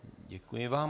Děkuji vám.